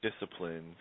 disciplines